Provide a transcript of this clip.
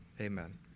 Amen